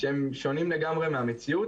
שהם שונים לגמרי מהמציאות.